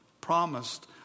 promised